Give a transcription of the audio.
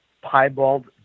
piebald